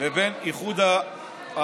ובין איחוד האמירויות.